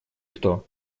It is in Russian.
кто